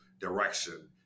direction